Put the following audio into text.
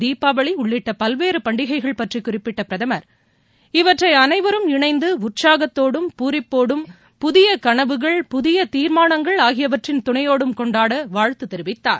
தீபாவளி உள்ளிட்ட பல்வேறு பண்டிகைகள் பற்றி குறிப்பிட்ட பிரதமர் இவற்றை அனைவரும் இணைந்து உற்சாகத்தோடும் பூரிப்போடும் புதிக களவுகள் புதிய தீர்மானங்கள் ஆகியவற்றின் துணையோடும் கொண்டாட வாழ்த்து தெரிவித்தார்